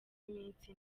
iminsi